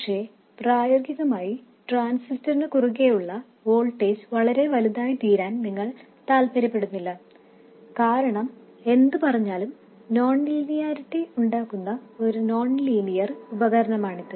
പക്ഷേ പ്രായോഗികമായി ട്രാൻസിസ്റ്ററിനു കുറുകേയുള്ള വോൾട്ടേജ് വളരെ വലുതായിത്തീരാൻ നിങ്ങൾ താൽപ്പര്യപ്പെടുന്നില്ല കാരണം എന്തുപറഞ്ഞാലും നോൺലീനിയാരിറ്റി ഉണ്ടാക്കുന്ന ഒരു നോൺ ലീനിയർ ഉപകരണമാണിത്